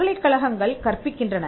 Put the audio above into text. பல்கலைக்கழகங்கள் கற்பிக்கின்றன